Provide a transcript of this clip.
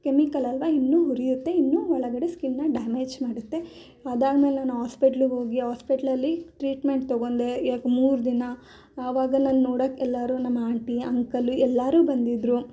chemical ಅಲ್ವ ಇನ್ನೂ ಉರಿಯುತ್ತೆ ಇನ್ನೂ ಒಳಗಡೆ ಸ್ಕಿನ್ನ ಡ್ಯಾಮೇಜ್ ಮಾಡುತ್ತೆ ಅದಾದ್ಮೇಲು ನಾನು ಆಸ್ಪೆಟ್ಲಗೋಗಿ ಆಸ್ಪೆಟ್ಲಲ್ಲಿ ಟ್ರೀಟ್ಮೆಂಟ್ ತಗೊಂಡೆ ಮೂರು ದಿನ ಆವಾಗ ನನ್ನ ನೋಡೋಕೆ ಎಲ್ಲರೂ ನಮ್ಮ ಆಂಟಿ ಅಂಕಲು ಎಲ್ಲರೂ ಬಂದಿದ್ದರು